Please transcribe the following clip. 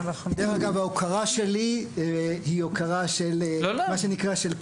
דרך אגב ההוקרה שלי היא הוקרה של כסף.